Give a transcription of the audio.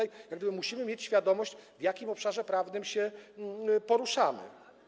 I tutaj musimy mieć świadomość, w jakim obszarze prawnym się poruszamy.